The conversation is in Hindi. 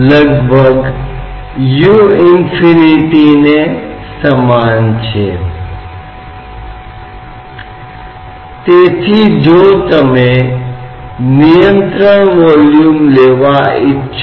इसलिए हम द्रव तत्व के लिए न्यूटन के गति के दूसरे नियम को लिख सकते हैं और इसलिए